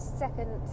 second